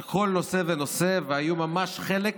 על כל נושא ונושא והיו ממש חלק